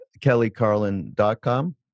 kellycarlin.com